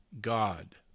God